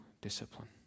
discipline